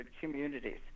communities